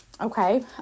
okay